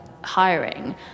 hiring